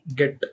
get